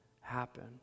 happen